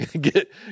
Get